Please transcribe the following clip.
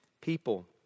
people